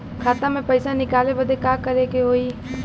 खाता से पैसा निकाले बदे का करे के होई?